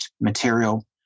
material